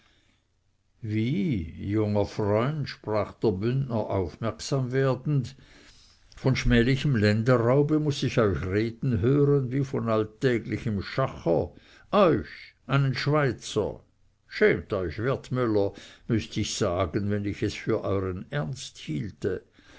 wie junger freund sprach der bündner aufmerksam werdend von schmählichem länderraube muß ich euch reden hören wie von alltäglichem schacher euch einen schweizer schämt euch wertmüller müßt ich sagen wenn ich es für euern ernst hielte